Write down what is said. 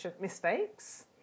mistakes